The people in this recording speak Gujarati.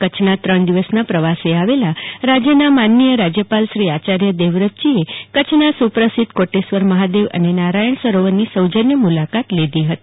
કચ્છના ત્રણ દિવસના પ્રવાસે આવેલા રાજ્યના માનનીય રાજ્યપાલ શ્રી આચાર્ય દેવવ્રતજી આજે પ્રથમ દિવસે કચ્છના સુપ્રસિદ્ધ કોટેશ્વર મફાદેવ તેમજ નારાથણ સરોવરની સૌજન્ય મુલાકાત લીધી ફતી